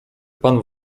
pan